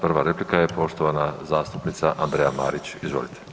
Prva replika je poštovana zastupnica Andreja Marić, izvolite.